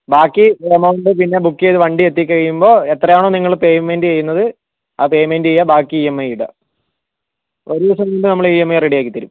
ബാക്കി എമൗണ്ട് പിന്നെ ബുക്ക് ചെയ്തു വണ്ടി എത്തി കഴിയുമ്പോൾ എത്രയാണോ നിങ്ങൾ പേയ്മെൻ്റ് ചെയ്യുന്നത് ആ പേയ്മെൻ്റ് ചെയ്യുക ബാക്കി ഇ എം ഐ ഇടുക ഒരു ദിവസത്തിനുള്ളിൽ നമ്മൾ ഇ എം ഐ റെഡി ആക്കിത്തരും